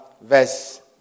verse